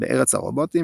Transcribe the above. בארץ הרובוטים,